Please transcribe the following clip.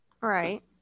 right